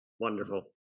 Wonderful